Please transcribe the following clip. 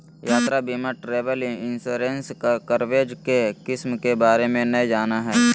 यात्रा बीमा travel insurance coverage के किस्म के बारे में नय जानय हइ